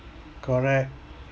correct